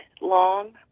long